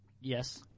Yes